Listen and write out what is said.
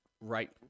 right